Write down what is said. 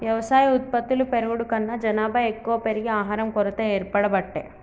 వ్యవసాయ ఉత్పత్తులు పెరుగుడు కన్నా జనాభా ఎక్కువ పెరిగి ఆహారం కొరత ఏర్పడబట్టే